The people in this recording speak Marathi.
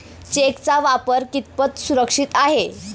चेकचा वापर कितपत सुरक्षित आहे?